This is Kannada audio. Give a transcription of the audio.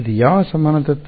ಇದು ಯಾವ ಸಮಾನ ತತ್ವ